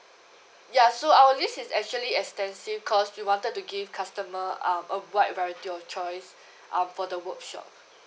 ya so our list is actually extensive because we wanted to give customer um a wide variety of choice um for the workshop